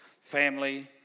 family